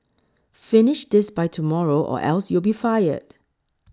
finish this by tomorrow or else you'll be fired